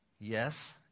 yes